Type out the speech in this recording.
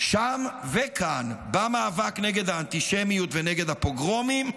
שם וכאן, במאבק נגד האנטישמיות ונגד הפוגרומים,